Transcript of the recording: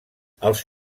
els